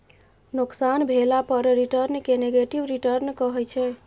नोकसान भेला पर रिटर्न केँ नेगेटिव रिटर्न कहै छै